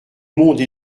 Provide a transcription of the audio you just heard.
monde